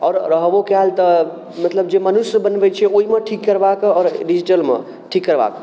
आओर रहबो कएल तऽ मतलब जे मनुष्य बनबै छै ओहिमे ठीक करबाके आओर डिजिटलमे ठीक करबाके